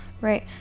right